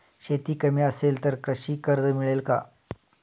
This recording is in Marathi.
शेती कमी असेल तर कृषी कर्ज मिळेल का?